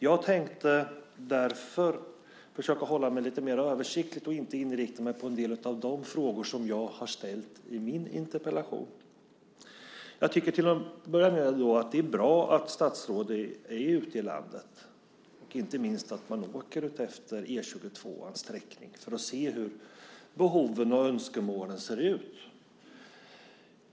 Jag tänker därför försöka att vara lite mer översiktlig och inte inrikta mig på en del av de frågor som jag har ställt i min interpellation. Jag tycker till att börja med att det är bra att statsrådet är ute i landet, inte minst att man åker utefter E 22:ans sträckning för att se hur behoven och önskemålen ser ut.